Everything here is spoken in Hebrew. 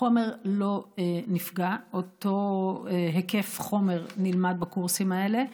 החומר לא נפגע, אותו היקף חומר נלמד בקורסים האלה.